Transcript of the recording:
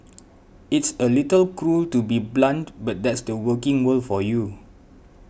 it's a little cruel to be so blunt but that's the working world for you